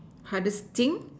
hardest thing